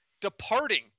Departing